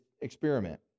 experiment